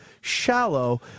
shallow